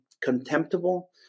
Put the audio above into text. contemptible